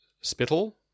spittle